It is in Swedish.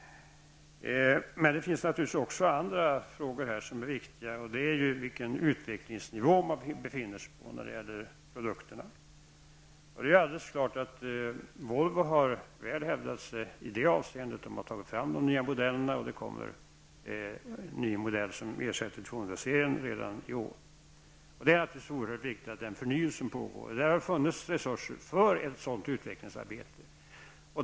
En annan viktig fråga är vilken utvecklingsnivå man befinner sig på när det gäller produkterna. Det är alldeles klart att Volvo har hävdat sig väl i det avseendet. Man har tagit fram de nya modellerna, bl.a. en modell som ersätter 200-serien redan i år. Det är naturligtvis viktigt att en sådan förnyelse pågår, och det har funnits resurser för ett sådant utvecklingsarbete.